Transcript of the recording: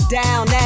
down